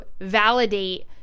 validate